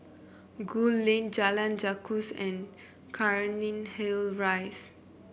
Gul Lane Jalan Gajus and Cairnhill Rise